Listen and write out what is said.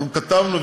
כתבנו,